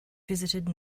visited